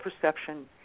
perception